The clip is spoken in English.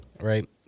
right